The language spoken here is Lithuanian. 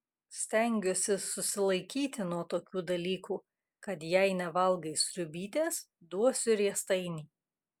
stengiuosi susilaikyti nuo tokių dalykų kad jei nevalgai sriubytės duosiu riestainį